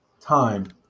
time